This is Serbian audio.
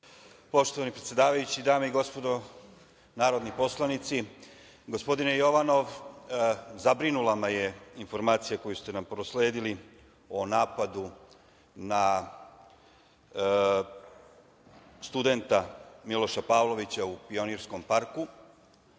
Poštovani predsedavajući, dame i gospodo narodni poslanici, gospodine Jovanov, zabrinula me je informacija koju ste nam prosledili o napadu na studenta Miloša Pavlovića u Pionirskom parku.